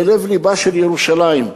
לב-לבה של ירושלים.